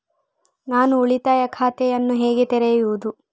ನಾನು ಉಳಿತಾಯ ಖಾತೆಯನ್ನು ಹೇಗೆ ತೆರೆಯುದು?